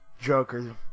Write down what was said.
Joker